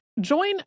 Join